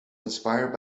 inspired